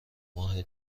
ماه